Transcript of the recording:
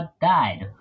died